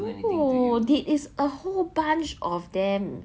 no it is a whole bunch of them